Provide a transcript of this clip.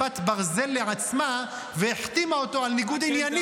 היועצת המשפטית דאגה לכיפת ברזל לעצמה והחתימה אותו על ניגוד עניינים,